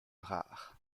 rare